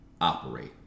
operate